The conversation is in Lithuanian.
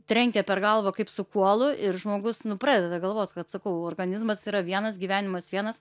trenkia per galvą kaip su kuolu ir žmogus nu pradeda galvot kad sakau organizmas yra vienas gyvenimas vienas